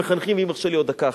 ברשותךְ , אם יורשה לי עוד דקה אחת.